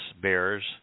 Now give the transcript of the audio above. bears